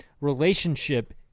relationship